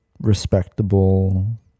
respectable